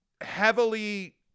heavily